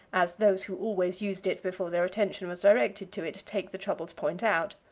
as those who always used it before their attention was directed to it take the trouble to point out.